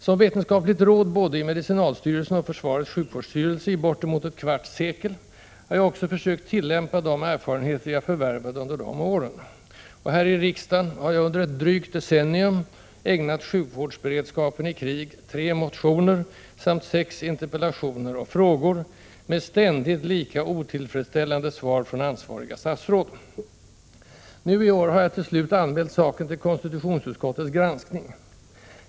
Som ”vetenskapligt råd” både i medicinalstyrelsen och försvarets sjukvårdsstyrelse i bortemot ett kvarts sekel har jag också försökt tillämpa de erfarenheter jag förvärvade under de åren, och här i riksdagen har jag under ett drygt decennium ägnat sjukvårdsberedskapen i krig tre motioner samt sex interpellationer och frågor — med ständigt lika otillfredsställande svar från ansvariga statsråd. Nu i år har jag till slut anmält saken till konstitutionsutskottets granskning.